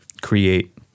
create